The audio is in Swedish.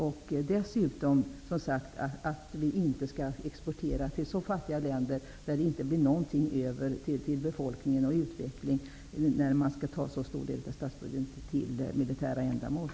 Vi skall heller inte exportera till länder som är så fattiga att det inte blir någonting över till befolkning och utveckling när man använder så stor del av statsbudgeten till militära ändamål.